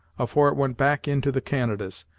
afore it went back into the canadas,